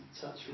touch